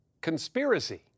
Conspiracy